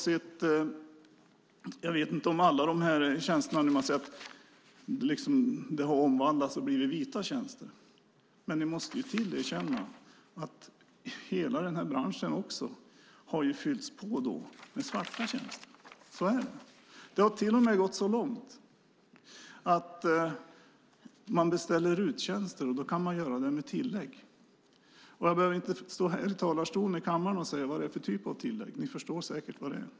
Ni säger att de här tjänsterna har omvandlats till att bli vita tjänster, men ni måste ju erkänna att hela den här branschen också har fyllts på med svarta tjänster. Så är det. Det har till och med gått så långt att man kan beställa RUT-tjänster med tillägg, och jag behöver inte stå här i talarstolen i kammaren och tala om vad det är för typ av tillägg. Ni förstår säkert vad det är.